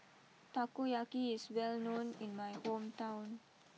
Takoyaki is well known in my hometown